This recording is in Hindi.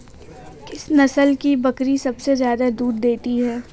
किस नस्ल की बकरी सबसे ज्यादा दूध देती है?